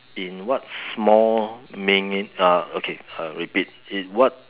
in what small meaning uh okay uh repeat in what